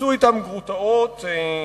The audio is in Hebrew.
טענו